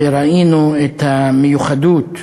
וראינו את המיוחדות שבעניין,